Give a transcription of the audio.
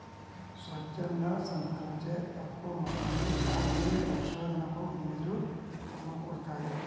స్వచ్ఛంద సంస్థలచే తక్కువ మొత్తంలో శాస్త్రీయ పరిశోధనకు నిధులు సమకూరుతాయి